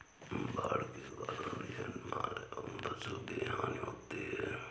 बाढ़ के कारण जानमाल एवं फसल की हानि होती है